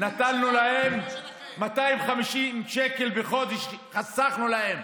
נתנו להם 250 שקל בחודש, חסכנו להם.